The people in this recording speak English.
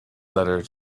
letter